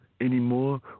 anymore